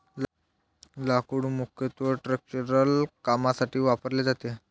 लाकूड मुख्यत्वे स्ट्रक्चरल कामांसाठी वापरले जाते